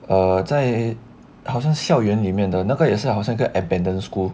err 在好像校园里面的那个好像在 abandoned school